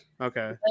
Okay